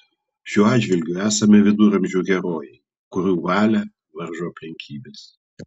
šiuo atžvilgiu esame viduramžių herojai kurių valią varžo aplinkybės